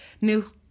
new